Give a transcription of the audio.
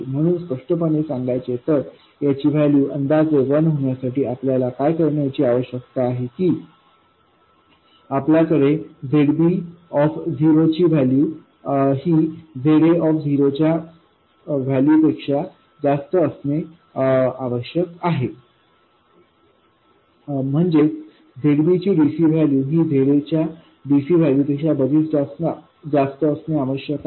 म्हणून स्पष्टपणे सांगायचे तर याची वैल्यू अंदाजे वन होण्यासाठी आपल्याला काय करण्याची आवश्यकता की आपल्याकडे Zbऑफ झिरो ची वैल्यू ही Zaऑफ झिरो च्या वैल्यू पेक्षा बरीच जास्त असणे आवश्यक आहे म्हणजेच Zbची dc वैल्यू ही Za च्या dc वैल्यू पेक्षा बरीच जास्त असणे आवश्यक आहे